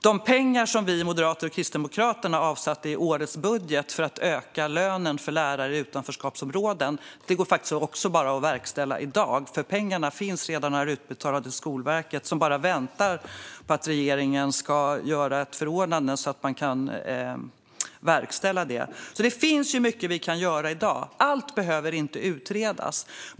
De pengar som vi moderater och Kristdemokraterna avsatte i årets budget för att öka lönen för lärare i utanförskapsområden går att verkställa redan i dag, för pengarna finns redan och är utbetalade till Skolverket, som bara väntar på att regeringen ska göra ett förordnande så att de kan verkställa det. Det finns alltså mycket vi kan göra i dag. Allt behöver inte utredas.